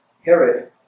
Herod